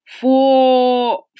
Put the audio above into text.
four